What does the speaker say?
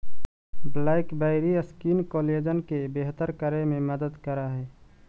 blackberry skin collagen के बेहतर करे में मदद करऽ हई